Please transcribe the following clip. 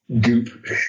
goop